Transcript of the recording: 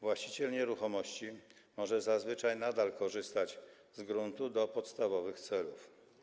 Właściciel nieruchomości zazwyczaj może nadal korzystać z gruntu do podstawowych celów.